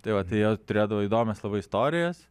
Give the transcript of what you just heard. tai va tai jie turėdavo įdomias istorijas